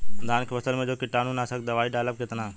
धान के फसल मे जो कीटानु नाशक दवाई डालब कितना?